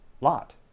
lot